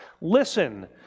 Listen